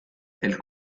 elle